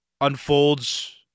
unfolds